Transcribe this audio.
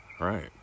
right